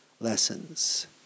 lessons